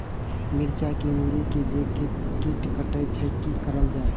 मिरचाय के मुरी के जे कीट कटे छे की करल जाय?